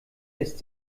ist